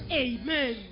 amen